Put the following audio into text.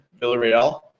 Villarreal